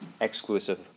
exclusive